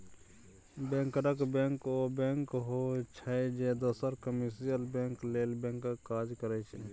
बैंकरक बैंक ओ बैंक होइ छै जे दोसर कामर्शियल बैंक लेल बैंकक काज करै छै